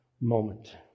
moment